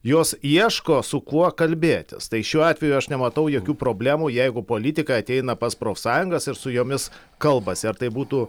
jos ieško su kuo kalbėtis tai šiuo atveju aš nematau jokių problemų jeigu politikai ateina pas profsąjungas ir su jomis kalbasi ar tai būtų